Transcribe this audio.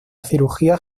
cirugía